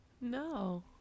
No